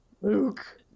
Luke